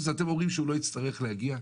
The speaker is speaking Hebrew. אתם אומרים שהוא לא יצטרך להגיע?